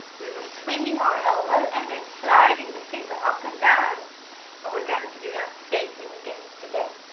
we were swinging our elbow and then sliding the finger up and down and we're going to do that same thing again today,